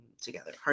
together